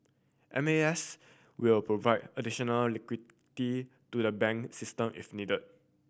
M A S will provide additional liquidity to the bank system if needed